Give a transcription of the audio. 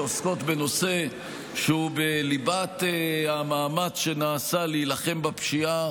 שעוסקות בנושא שהוא בליבת המאמץ שנעשה להילחם בפשיעה